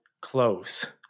Close